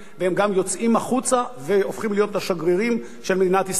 והם גם יוצאים החוצה והופכים להיות השגרירים של מדינת ישראל.